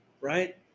Right